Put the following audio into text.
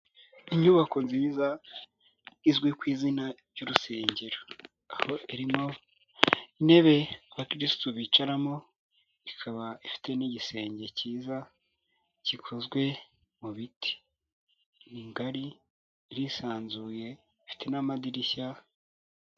Inyubako nziza izwi ku izina ry'urusengero, aho irimo intebe abakirisitu bicaramo, ikaba ifite n'igisenge kiza gikozwe mu biti, ni ngari irisanzuye ifite n'amadirishya.